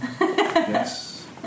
Yes